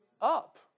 up